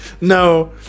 No